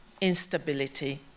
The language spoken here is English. instability